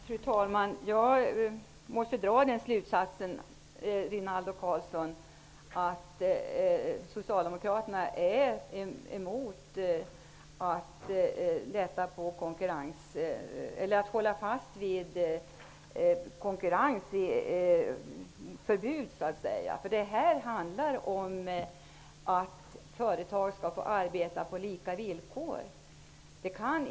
Fru talman! Jag drar slutsatsen, Rinaldo Karlsson, att Socialdemokraterna vill hålla fast vid konkurrensbegränsande åtgärder. Det handlar ju om att företag skall få arbeta på lika villkor.